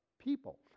people